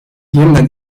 yeniden